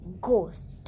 Ghost